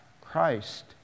Christ